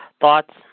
thoughts